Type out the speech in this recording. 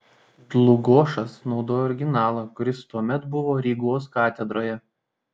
dlugošas naudojo originalą kuris tuomet buvo rygos katedroje